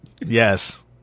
Yes